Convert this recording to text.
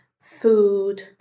food